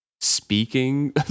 speaking